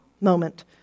moment